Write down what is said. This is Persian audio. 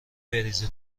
بریزه